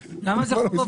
למה זה חוב אבוד?